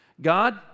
God